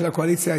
של הקואליציה,